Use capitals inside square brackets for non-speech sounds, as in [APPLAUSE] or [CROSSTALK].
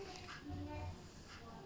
[LAUGHS]